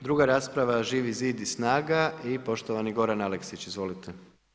Druga rasprava Živi zid i SNAGA i poštovani Goran Aleksić, izvolite.